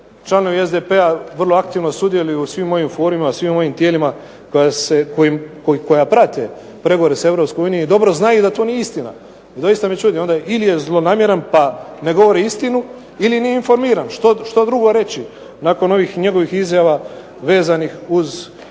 članovi SDP-a vrlo aktivno sudjeluju u svim onim forumima, svim onim tijelima koja prate pregovore s EU i dobro znaju da to nije istina. I doista me čudi, onda ili je zlonamjeran pa ne govori istinu ili nije informiran. Što drugo reći nakon ovih njegovih izjava vezanih uz